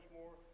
more